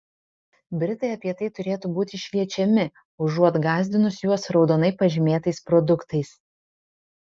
britai apie tai turėtų būti šviečiami užuot gąsdinus juos raudonai pažymėtais produktais